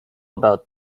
about